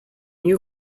you